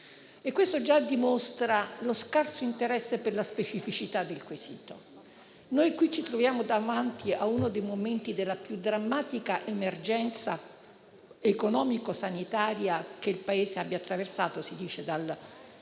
Questo già dimostra lo scarso interesse per la specificità del quesito. Quello che stiamo vivendo è uno dei momenti di più drammatica emergenza economico-sanitaria che il Paese abbia mai attraversato - si dice - dalla